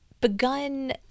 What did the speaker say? begun